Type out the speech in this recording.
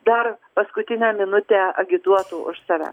dar paskutinę minutę agituotų už save